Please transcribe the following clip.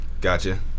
gotcha